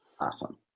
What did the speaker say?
Awesome